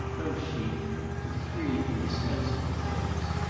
no chic the three indispensable things.